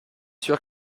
sûr